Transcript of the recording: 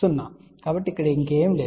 కాబట్టి అక్కడ ఇంకేమీ లేదు